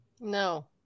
No